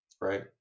right